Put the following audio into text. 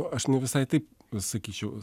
aš ne visai taip sakyčiau